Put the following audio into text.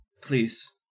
Please